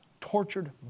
tortured